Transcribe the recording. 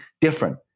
different